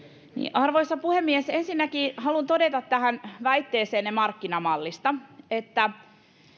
arvoisa puhemies ensinnäkin haluan todeta tähän väitteeseenne markkinamallista että